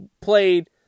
played